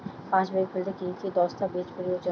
পাসবই খুলতে কি কি দস্তাবেজ প্রয়োজন?